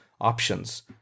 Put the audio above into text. options